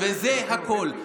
זה הכול.